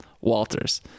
Walters